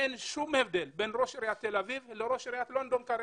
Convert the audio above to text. כרגע אין שום הבדל בין ראש עיריית תל אביב לראש עיריית לונדון.